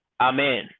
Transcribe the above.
amen